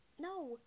No